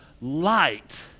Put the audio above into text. light